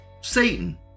Satan